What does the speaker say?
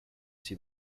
see